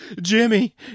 Jimmy